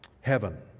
heaven